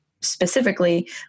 specifically